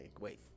wait